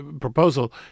proposal